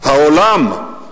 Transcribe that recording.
העולם,